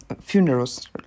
funerals